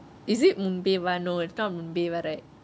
is it முன்பே வா:munbe vaa no it's not முன்பே வா:munbe vaa right